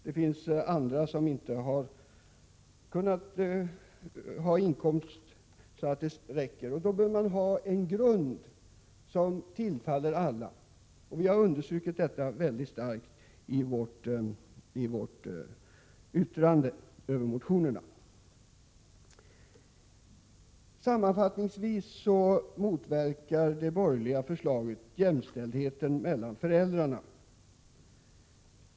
Därför bör man ha ett tillfredsställande grundbelopp, som alla har rätt till. Vi har understrukit detta mycket starkt i vårt yttrande över motionerna. Sammanfattningsvis motverkar det borgerliga förslaget jämställdheten mellan föräldrarna.